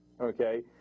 Okay